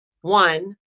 one